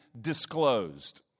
disclosed